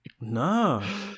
No